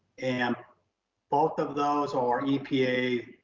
and both of those are epa